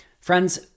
Friends